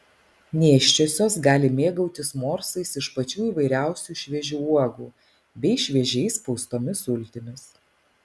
nėščiosios gali mėgautis morsais iš pačių įvairiausių šviežių uogų bei šviežiai spaustomis sultimis